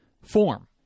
form